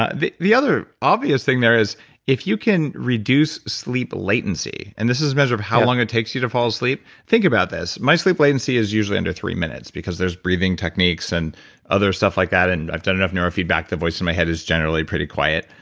ah the the other obvious thing there is if you can reduce sleep latency and this is a measure of how long it takes you to fall asleep think about this. my sleep latency is usually under three minutes because there's breathing techniques and other stuff like that. and i've done enough neurofeedback. the voice in my head is generally pretty quiet.